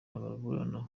ababuranira